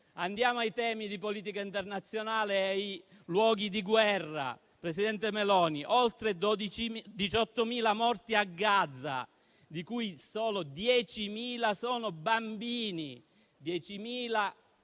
Andiamo ai temi di politica internazionale e ai luoghi di guerra. Presidente Meloni, vi sono oltre 18.000 morti a Gaza, di cui 10.000 sono bambini.